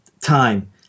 time